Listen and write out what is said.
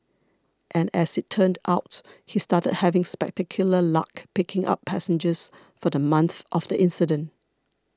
and as it turned out he started having spectacular luck picking up passengers for the month of the incident